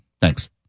Thanks